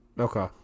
Okay